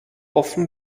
offen